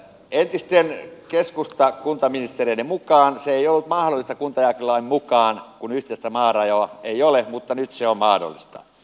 entisten keskustakuntaministereiden mukaan se ei ollut mahdollista kuntajakolain mukaan kun yhteistä maarajaa ei ole mutta nyt se mahdollista